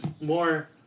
more